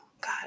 God